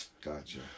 Gotcha